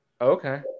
Okay